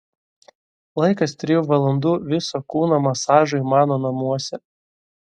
laikas trijų valandų viso kūno masažui mano namuose